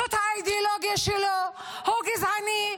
זאת האידיאולוגיה שלו, הוא גזען,